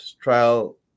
trial